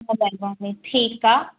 सिलाई पवंदी ठीकु आहे